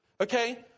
Okay